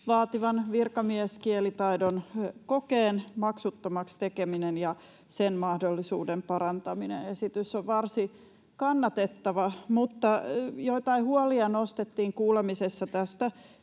vaativan virkamieskielitaidon kokeen maksuttomaksi tekeminen ja sen mahdollisuuden parantaminen. Esitys on varsin kannatettava, mutta joitain huolia nostettiin kuulemisessa tästä.